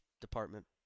department